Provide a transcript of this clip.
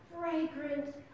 fragrant